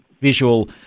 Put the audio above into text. visual